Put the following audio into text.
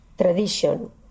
tradition